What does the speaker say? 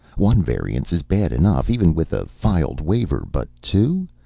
one variance is bad enough, even with a filed waiver, but two?